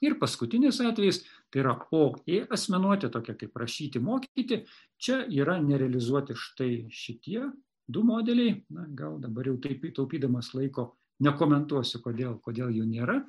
ir paskutinis atvejis tai yra o ė asmenuotė tokia kaip rašyti mokyti čia yra nerealizuoti štai šitie du modeliai na gal dabar jau taip taupydamas laiko nekomentuosiu kodėl kodėl jų nėra